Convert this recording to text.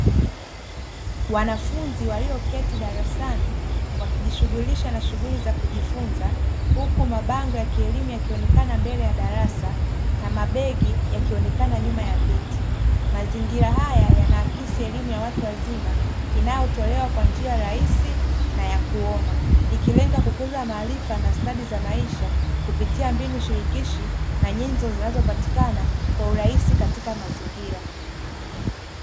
Wanafunzi walioketi darasani wakijishughulisha na shughuli za kujifunza huku mabango ya kielimu yakionekana mbele ya darasa na mabegi yakionekana nyuma ya viti, mazingira haya yanaakisi elimu ya watu wazima inayotolewa kwa njia rahisi na ya kuona, ikilenga kukuza maarifa na stadi za maisha kupitia mbinu shirikishi na nyenzo zinazopatikana kwa urahisi katika mazingira.